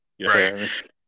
Right